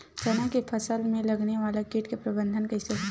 चना के फसल में लगने वाला कीट के प्रबंधन कइसे होथे?